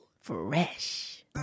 Fresh